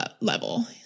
level